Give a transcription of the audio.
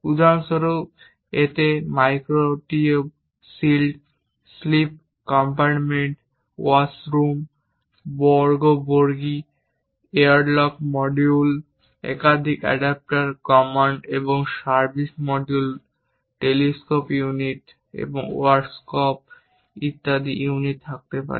উদাহরণস্বরূপ এতে micrometeoroid shield sleep compartment wardroom বর্জ্য বগি এয়ারলক মডিউল একাধিক অ্যাডাপ্টার কমান্ড এবং সার্ভিস মডিউল টেলিস্কোপ ইউনিট এবং ওয়ার্কশপ ইউনিট থাকতে পারে